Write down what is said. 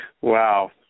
Wow